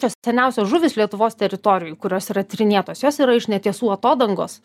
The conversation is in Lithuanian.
tos seniausios žuvys lietuvos teritorijoj kurios yra tyrinėtos jos yra iš netiesų atodangos